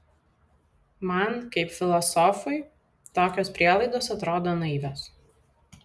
man kaip filosofui tokios prielaidos atrodo naivios